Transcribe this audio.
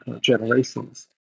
generations